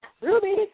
Ruby